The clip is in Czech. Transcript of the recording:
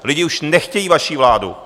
Lidi už nechtějí vaši vládu!